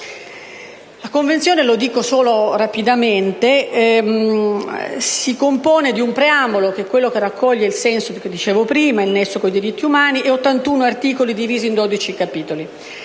rapidamente - si compone di un preambolo che raccoglie il senso di cui dicevo prima, il nesso con i diritti umani, e 81 articoli divisi in 12 capitoli.